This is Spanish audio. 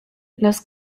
los